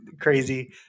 crazy